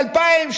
2,000,